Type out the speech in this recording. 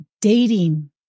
dating